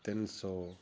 ਤਿੰਨ ਸੌ